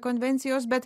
konvencijos bet